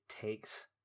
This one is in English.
takes